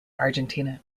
argentina